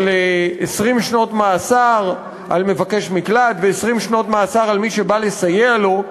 של 20 שנות מאסר על מבקש מקלט ו-20 שנות מאסר על מי שבא לסייע לו,